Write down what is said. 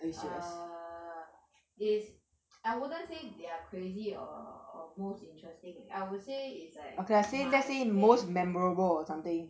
err is I wouldn't say they're crazy or or most interesting I would say it's like my they